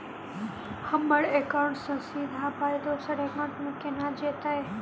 हम्मर एकाउन्ट सँ सीधा पाई दोसर एकाउंट मे केना जेतय?